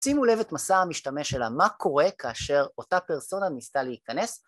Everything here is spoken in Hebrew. שימו לב את מסע המשתמש שלה, מה קורה כאשר אותה פרסונה ניסתה להיכנס